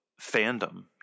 fandom